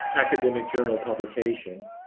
academic journal publication.